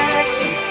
action